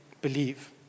believe